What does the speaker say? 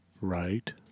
right